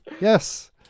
Yes